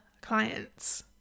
clients